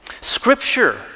Scripture